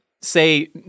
say